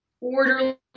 orderly